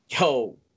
Yo